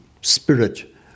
spirit